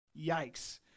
Yikes